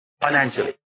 financially